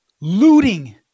Looting